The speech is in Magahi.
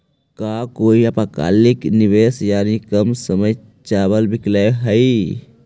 का कोई अल्पकालिक निवेश यानी कम समय चावल विकल्प हई?